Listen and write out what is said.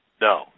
No